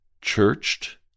churched